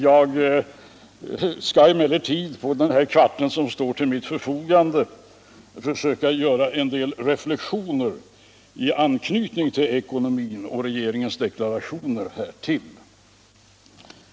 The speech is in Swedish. Jag skall emellertid på den kvart som står till mitt förfogande försöka göra en del reflexioner i anknytning till ekonomin och regeringens deklarationer därtill.